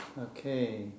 Okay